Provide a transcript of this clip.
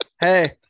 hey